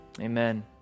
Amen